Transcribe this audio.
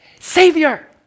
Savior